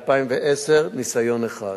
ב-2010, ניסיון אחד.